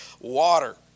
water